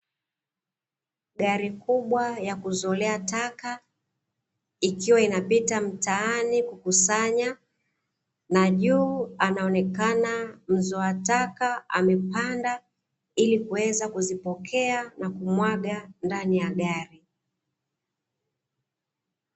Gari kubwa ya kuzolea taka, ikiwa inapita mtaani kukusanya, na juu anaonekana mzoa taka amepanda, ili kuweza kuzipokea na kumwaga ndani ya gari.